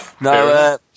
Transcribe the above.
No